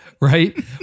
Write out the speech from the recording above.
right